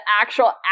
actual